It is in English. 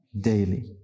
daily